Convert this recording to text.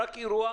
רק אירוח,